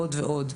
ועוד, ועוד.